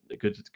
good